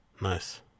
nice